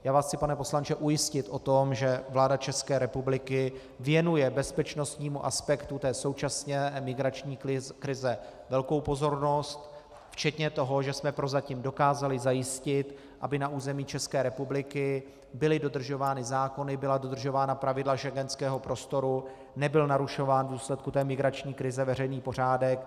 Já vás chci, pane poslanče, ujistit o tom, že vláda České republiky věnuje bezpečnostnímu aspektu té současné migrační krize velkou pozornost včetně toho, že jsme prozatím dokázali zajistit, aby na území České republiky byly dodržovány zákony, byla dodržována pravidla schengenského prostoru, nebyl narušován v důsledku té migrační krize veřejný pořádek.